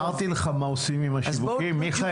אבל אמרתי לך מה עושים עם השיווקים, מיכאל.